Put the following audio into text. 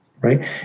Right